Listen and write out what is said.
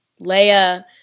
Leia